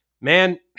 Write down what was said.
man